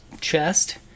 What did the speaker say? chest